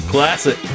Classic